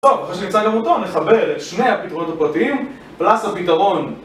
טוב, אחרי שנמצא גם אותו נחבר את שני הפתרונות הפרטיים ורץ לפתרון